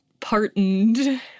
partoned